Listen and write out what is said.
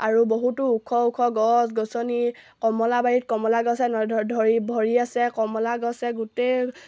আৰু বহুতো ওখ ওখ গছ গছনি কমলাবাৰীত কমলাগছে নধৰি ধৰি ভৰি আছে কমলাগছে গোটেই